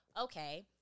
okay